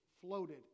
floated